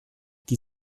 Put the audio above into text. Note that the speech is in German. die